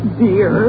dear